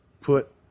put